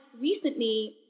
recently